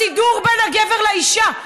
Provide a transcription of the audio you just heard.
סידור בין הגבר לאישה,